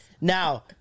Now